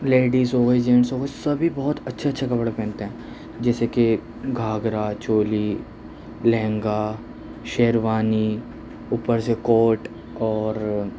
ladies ہوگئی gents ہوگئے سبھی بہت اچھے اچھے کپڑے پہنتے ہیں جیسے کہ گھاگھرا چولی لہنگا شیروانی اوپر سے کوٹ اور